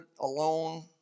alone